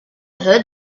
heard